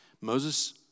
Moses